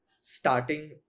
starting